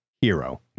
hero